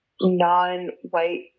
non-white